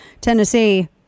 Tennessee